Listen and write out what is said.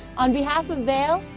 on behalf of vail,